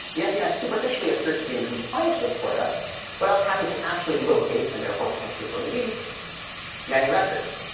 the fbi superficially appears to be in compliance with foia without having to actually locate and therefore potentially release many records.